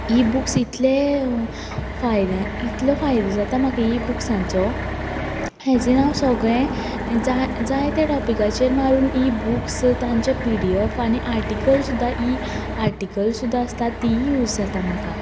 इ books इतले फायद इतलो फायदो जाता म्हाका इबूक्सांचो एज इन हांव सगळें जाय जाय ते टोपीकाचेर मारून इ बूक्साचे पि डी एफ आनी आर्टीकल सुद्दां इ आर्टीकल्स आसता ती यूज जाता म्हाका